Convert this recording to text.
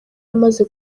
amaze